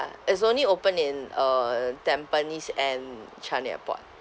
it's only open in uh tampines and changi airport